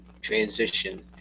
transition